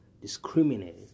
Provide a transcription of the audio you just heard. discriminated